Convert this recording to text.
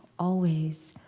always.